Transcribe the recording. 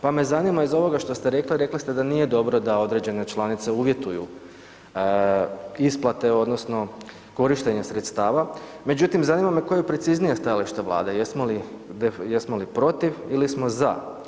Pa me zanima iz ovoga što ste rekli, a rekli ste da nije dobro da određene članice uvjetuju isplate odnosno korištenje sredstava, međutim zanima me koje je preciznije stajalište Vlade, jesmo li protiv ili smo za?